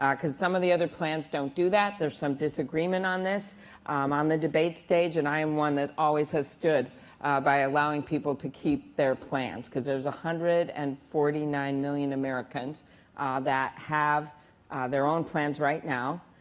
um cause some of the other plans don't do that, there's some disagreement on this on the debate stage, and i am one that always has stood by allowing people to keep their plans, because there's a hundred and forty nine million americans that have their own plans right now.